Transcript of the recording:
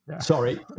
Sorry